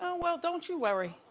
um well, don't you worry.